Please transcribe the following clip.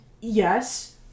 yes